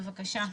בבקשה.